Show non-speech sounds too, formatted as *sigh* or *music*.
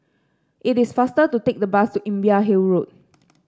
it is faster to take the bus to Imbiah Hill Road *noise*